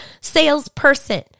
salesperson